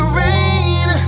rain